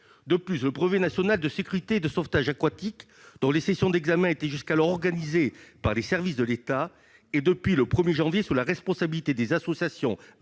De plus, le brevet national de sécurité et sauvetage aquatique (BNSSA), dont les sessions d'examen étaient jusqu'alors organisées par les services de l'État, est depuis le 1janvier sous la responsabilité des associations agréées